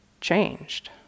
changed